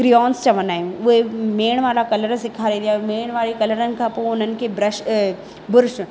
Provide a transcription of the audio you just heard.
crayons चवंदा आहियूं उहे मेण वारा कलर सेखारबी आहे मेण वारे कलरनि खां पोइ उन्हनि खे ब्रश बुरुश